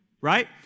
Right